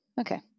okay